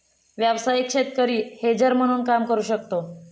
व्यावसायिक शेतकरी हेजर म्हणून काम करू शकतो